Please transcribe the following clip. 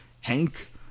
Hank